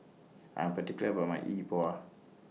I Am particular about My Yi Bua